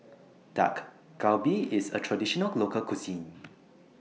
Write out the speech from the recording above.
Dak Galbi IS A Traditional Local Cuisine